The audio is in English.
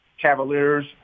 Cavaliers